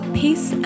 peace